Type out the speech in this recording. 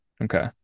Okay